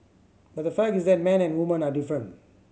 but the fact is that men and woman are different